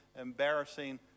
embarrassing